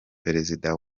perezida